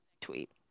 tweet